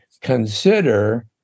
consider